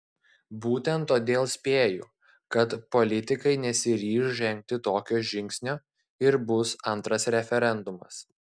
būtent todėl spėju kad politikai nesiryš žengti tokio žingsnio ir bus antras referendumas